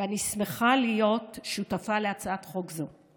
ואני שמחה להיות שותפה להצעת חוק זו.